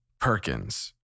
Perkins